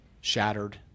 shattered